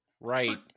Right